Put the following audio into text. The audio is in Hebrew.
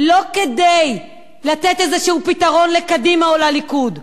לא כדי לתת איזה פתרון לקדימה או לליכוד.